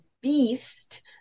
beast